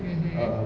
mmhmm